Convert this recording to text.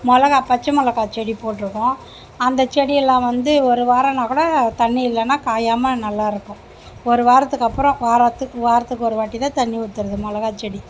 மிளகா பச்சை மிளகா செடி போட்டிருக்கோம் அந்த செடி எல்லாம் வந்து ஒரு வாரம்னாக்கூட தண்ணி இல்லைனா காயாமல் நல்லாயிருக்கும் ஒரு வாரத்துக்கப்புறம் வாராத்துக்கு வாரத்துக்கு ஒரு வாட்டி தான் தண்ணி ஊற்றுறது மிளகா செடி